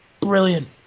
brilliant